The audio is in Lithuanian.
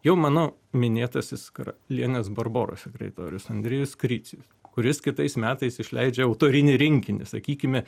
jau mano minėtasis karalienės barboros sekretorius andrijus kricijus kuris kitais metais išleidžia autorinį rinkinį sakykime